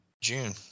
June